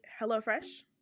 HelloFresh